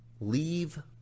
leave